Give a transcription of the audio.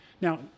Now